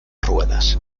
ruedas